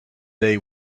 day